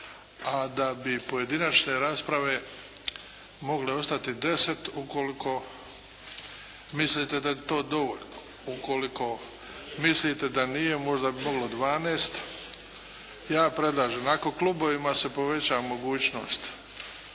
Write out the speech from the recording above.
a da bi pojedinačne rasprave mogle ostati 10 ukoliko mislite da je to dovoljno. Ukoliko mislite da nije, možda bi moglo 12. Ja predlažem, ako klubovima se poveća mogućnost